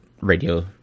radio